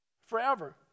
forever